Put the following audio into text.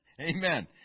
Amen